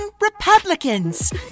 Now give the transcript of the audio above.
Republicans